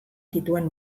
zituen